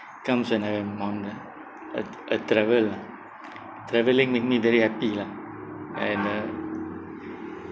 comes when I am on a a a travel lah travelling make me very happy lah and uh